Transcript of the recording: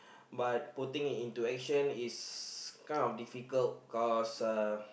but putting into action is kind of difficult cause uh